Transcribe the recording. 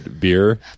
beer